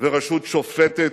ורשות שופטת,